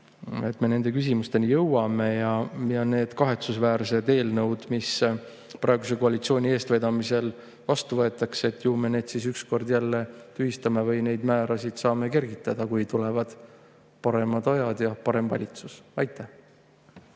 me nende küsimusteni jõuame ja et me need kahetsusväärsed eelnõud, mis praeguse koalitsiooni eestvedamisel vastu võetakse, ükskord jälle tühistame. Ju me saame neid määrasid jälle kergitada, kui tulevad paremad ajad ja parem valitsus. Aitäh!